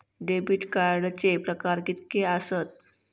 Debit कार्डचे प्रकार कीतके आसत?